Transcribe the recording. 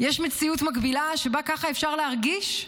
יש מציאות מקבילה שבה ככה אפשר להרגיש?